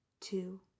two